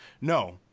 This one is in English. no